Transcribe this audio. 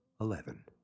Eleven